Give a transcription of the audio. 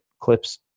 clips